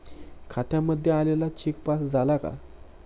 खात्यामध्ये आलेला cheque pass झाला का?